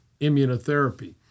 immunotherapy